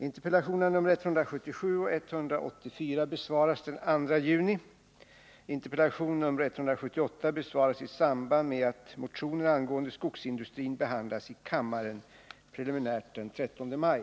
Interpellationerna nr 177 och 184 besvaras den 2 juni, interpellation nr 178 besvaras i samband med att motioner angående skogsindustrin behandlas i kammaren, preliminärt den 13 maj.